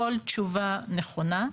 כל תשובה נכונה.